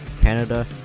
Canada